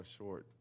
short